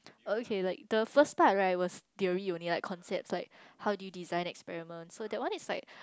okay like the first part right was theory only like concepts like how do you design experiments so that one is like